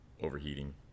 overheating